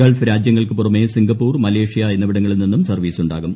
Gulf രാജ്യങ്ങൾക്കു പുറമേ Singapore Malaysia എന്നിവിടങ്ങളിൽ നിന്നും സർവീസ് ഉണ്ടാകും